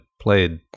played